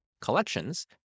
collections